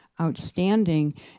outstanding